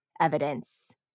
evidence